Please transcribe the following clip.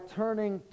turning